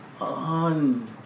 On